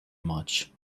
much